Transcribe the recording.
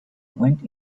went